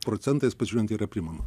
procentais pažiūrint yra priimama